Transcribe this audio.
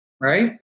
right